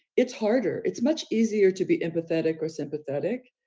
it's harder, it's much easier to be empathetic or sympathetic.